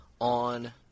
on